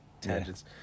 tangents